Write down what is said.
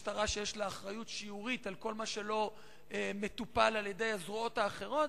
יש לה אחריות שיורית על כל מה שלא מטופל על-ידי הזרועות האחרות.